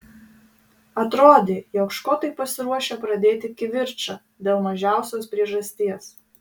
atrodė jog škotai pasiruošę pradėti kivirčą dėl mažiausios priežasties